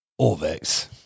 Orvex